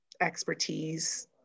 expertise